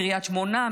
מקריית שמונה,